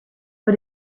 but